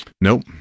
Nope